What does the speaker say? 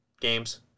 games